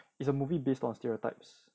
it's a movie based on stereotypes